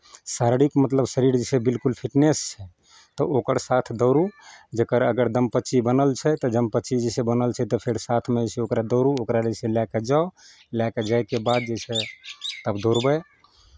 शारीरिक मतलब शरीर जे छै बिलकुल फिटनेस छै तऽ ओकर साथ दौड़ू जकर अगर जे दमपच्छी बनल छै तऽ दमपच्छी जे बनल छै तऽ फेर साथमे जे छै ओकरा दौड़ू ओकरासँ जे लए कऽ जाउ लए कऽ जायके बाद जे छै तब दौड़बै